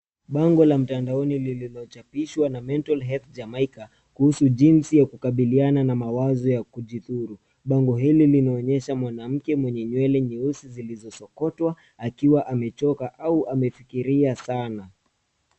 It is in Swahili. Bango la mtandaoni lililochapishwa na Mental Health Jamaica kuhusu jinsi ya kukabiliana na mawazo ya kujidhulu. Bango hili linaonyesha mwanamke mwenye nywele nyeusi zilizosokotwa akiwa amechoka au amefikiria sana.